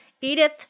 Edith